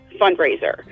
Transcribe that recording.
fundraiser